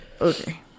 okay